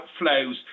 outflows